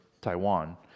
Taiwan